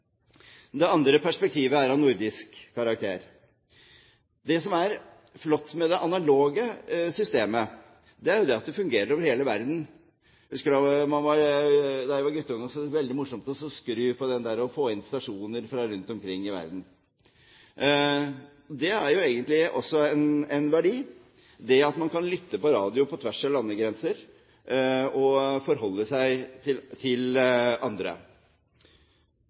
Det andre perspektivet er av nordisk karakter. Det som er flott med det analoge systemet, er at det fungerer over hele verden. Jeg husker da jeg var guttunge at det var veldig morsomt å skru på knotten og få inn stasjoner rundt om i verden. At man kan lytte på radio på tvers av landegrenser og forholde seg til andre, er egentlig også en verdi. I nordisk forstand er det